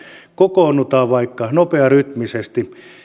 kokoonnutaan vaikka nopearytmisesti